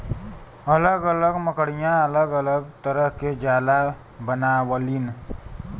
अलग अलग मकड़िया अलग अलग तरह के जाला बनावलीन